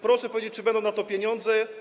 Proszę powiedzieć, czy będą na to pieniądze.